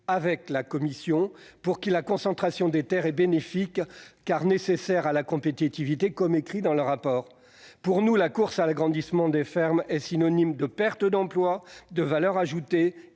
avec la commission, qui considère la concentration des terres comme bénéfique, car nécessaire à la compétitivité, ainsi qu'il est écrit dans le rapport. Selon nous, la course à l'agrandissement des fermes est synonyme de perte d'emplois, de valeur ajoutée